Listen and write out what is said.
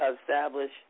establish